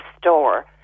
Store